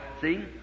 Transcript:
See